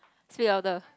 speak louder